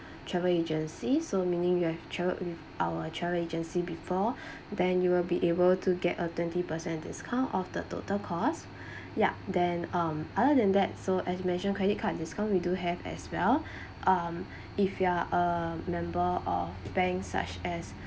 travel agency so meaning you have traveled with our travel agency before then you will be able to get a twenty percent discount off the total cost ya then um other than that so as mentioned credit card discount we do have as well um if you are a member of bank such as